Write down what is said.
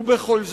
ובכל זאת,